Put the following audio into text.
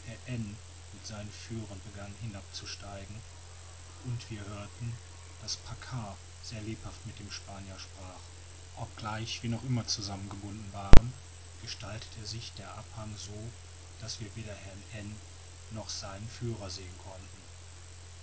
mit seinen führern begann hinab zu steigen und wir hörten daß paccard sehr lebhaft mit dem spanier sprach obgleich wir noch immer zusammengebunden waren gestaltete sich der abhang so daß wir weder herrn n noch seinen führer sehen konnten